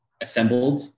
assembled